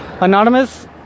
Anonymous